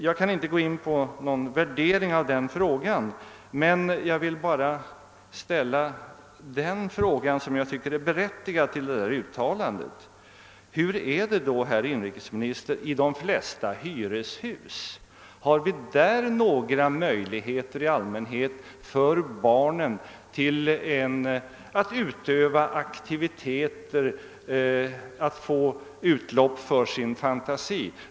Jag kan inte gå in på någon värdering av det uttalandet, men jag vill ställa en fråga som jag tycker är berättigad med anledning därav: Hur är det då, herr inrikesminister, i de flesta hyreshus? Har barnen där några möjligheter att utöva aktiviteter och få utlopp för sin fantasi?